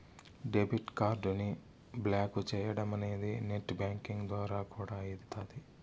debit కార్డుని block చేయడమనేది net banking ద్వారా కూడా అయితాది